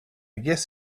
guess